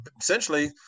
essentially